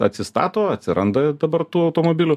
atsistato atsiranda dabar tų automobilių